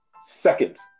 Seconds